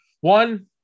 one